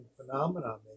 phenomenon